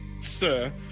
sir